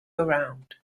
around